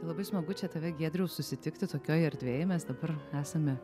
labai smagu čia tave giedriau susitikti tokioj erdvėj mes dabar esame